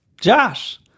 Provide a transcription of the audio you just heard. Josh